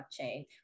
blockchain